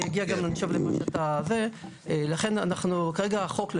אני חושב שאגיע גם למה שאתה --- לכן כרגע החוק,